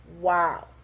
Wow